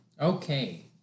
Okay